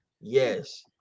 Yes